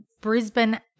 Brisbane